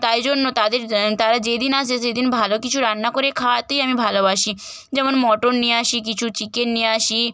তাই জন্য তাদের তারা যেদিন আসে সেদিন ভালো কিছু রান্না করে খাওয়াতেই আমি ভালোবাসি যেমন মটন নিয়ে আসি কিছু চিকেন নিয়ে আসি